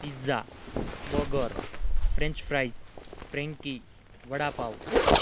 pizza burger french fries frankie vada pav